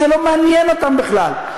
זה לא מעניין אותם בכלל.